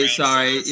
sorry